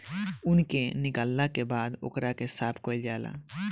ऊन के निकालला के बाद ओकरा के साफ कईल जाला